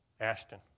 Ashton